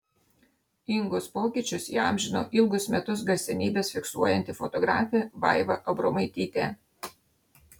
ingos pokyčius įamžino ilgus metus garsenybes fiksuojanti fotografė vaiva abromaitytė